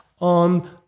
on